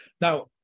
Now